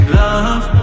love